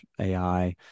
AI